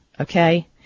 okay